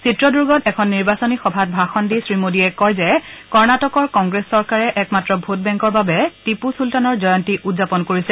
চিত্ৰদূৰ্গত এখন নিৰ্বাচনী সভাত ভাষণ দি শ্ৰী মোদীয়ে কয় কৰ্ণাটকৰ কংগ্ৰেছ চৰকাৰে একমাত্ৰ ভোটবেংকৰ বাবে টিপু চুলতানৰ জয়ন্তী উদযাপন কৰিছে